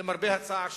למרבה הצער,